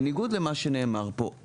בניגוד למה שנאמר פה,